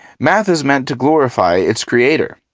math is meant to glorify its creator,